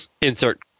insert